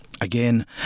again